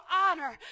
honor